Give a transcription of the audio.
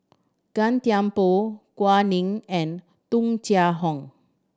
Gan Thiam Poh Gao Ning and Tung Chye Hong